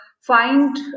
find